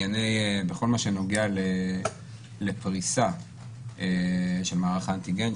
בכל מה שנוגע לפריסה של מערך האנטיגן,